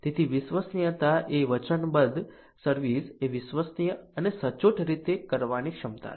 તેથી વિશ્વસનીયતા એ વચનબદ્ધ સર્વિસ ને વિશ્વસનીય અને સચોટ રીતે કરવાની ક્ષમતા છે